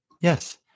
yes